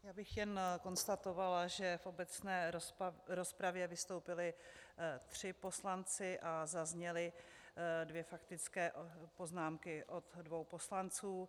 Já bych jen konstatovala, že v obecné rozpravě vystoupili tři poslanci a zazněly dvě faktické poznámky od dvou poslanců.